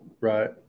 Right